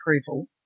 approval